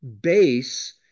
base